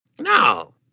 No